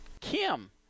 Kim